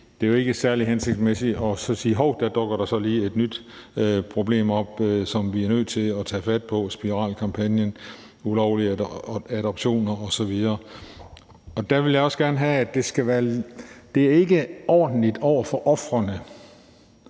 det er jo ikke særlig hensigtsmæssigt, at der, hov, så lige dukker et nyt problem op, som vi er nødt til at tage fat på – spiralkampagnen, ulovlige adoptioner osv. Det er ikke ordentligt over for ofrene